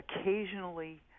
occasionally